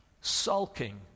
Sulking